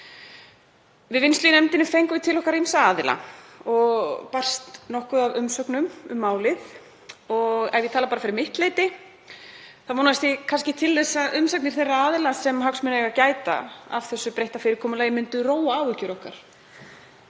Við vinnslu í nefndinni fengum við til okkar ýmsa aðila og nokkuð barst af umsögnum um málið. Ef ég tala bara fyrir mitt leyti þá vonaðist ég kannski til þess að umsagnir þeirra aðila sem hagsmuna eiga að gæta af breyttu fyrirkomulagi myndu róa áhyggjur okkar,